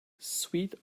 sweet